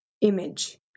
image